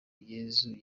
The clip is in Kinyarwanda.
yezu